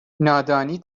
نادانی